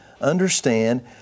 understand